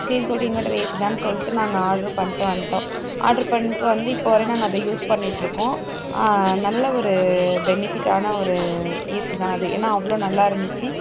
சரின்னு சொல்லிட்டு இன்வெட்டர் ஏசிதான் சொல்லிட்டு நாங்கள் ஆர்டர் பண்ணிட்டு வந்ட்டோம் ஆர்ட்ரு பண்ணிட்டு வந்து இப்போ வரையும் நாங்கள் அதை யூஸ் பண்ணிட்டு இருக்கோம் நல்ல ஒரு பெனிஃபிட்டான ஒரு ஏசிதான் அது ஏன்னா அவ்வளோ நல்லா இருந்துச்சு